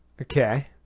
okay